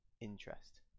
interest